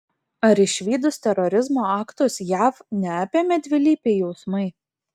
ar išvydus terorizmo aktus jav neapėmė dvilypiai jausmai